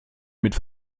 mit